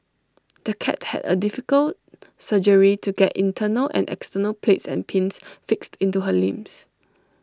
the cat had A difficult surgery to get internal and external plates and pins fixed into her limbs